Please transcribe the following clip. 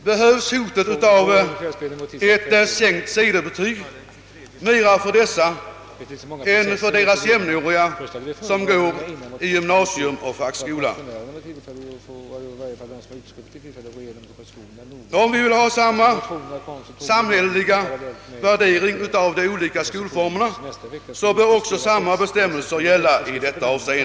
Behövs hotet om ett sänkt sedebetyg mera för dessa än för deras jämnåriga som går i gymnasium och fackskola? Om vi vill ha samma samhälleliga värdering av de olika skolformerna bör också samma bestämmelser gälla.